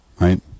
Right